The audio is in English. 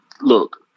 look